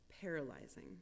paralyzing